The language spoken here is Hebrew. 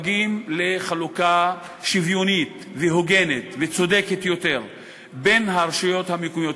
של החלוקה השוויונית וההוגנת והצודקת יותר בין הרשויות המקומיות,